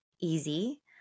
easy